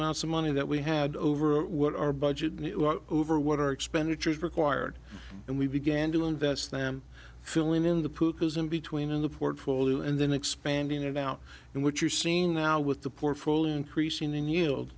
amounts of money that we had over what our budget over what our expenditures required and we began to invest them filling in the pool cues in between in the portfolio and then expanding it out and what you're seeing now with the portfolio increasing in year old